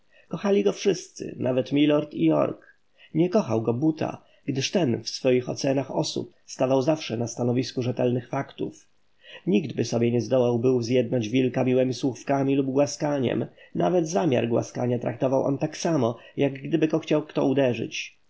kochali go wszyscy nawet milord i jork nie kochał go buta gdyż ten w swoich ocenach osób stawał zawsze na stanowisku rzetelnych faktów niktby sobie nie zdołał był zjednać wilka miłemi słówkami lub głaskaniem nawet zamiar głaskania traktował on tak samo jak gdyby go kto chciał uderzyć